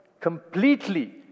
completely